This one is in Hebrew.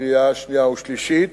בקריאה שנייה ושלישית.